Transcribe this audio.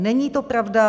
Není to pravda.